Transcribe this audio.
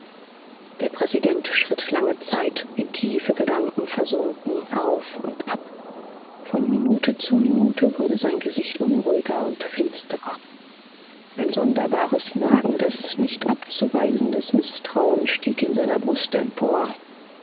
der präsident schritt lange zeit in tiefe gedanken versunken auf und ab von minute zu minute wurde sein gesicht unruhiger und finsterer ein sonderbares nagendes nicht abzuweisendes mißtrauen stieg in seiner brust empor